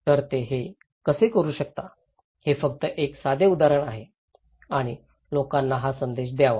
तर ते हे कसे करू शकतात हे फक्त एक साधे उदाहरण आहे आणि लोकांना हा संदेश द्यावा